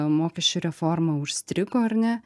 mokesčių reforma užstrigo ar ne